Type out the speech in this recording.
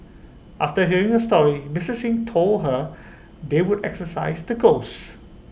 after hearing her story Mister Xing told her they would exorcise the ghosts